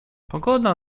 pogoda